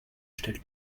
stellt